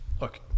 look